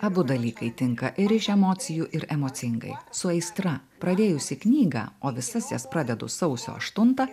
abu dalykai tinka ir iš emocijų ir emocingai su aistra pradėjusi knygą o visas jas pradedu sausio aštuntą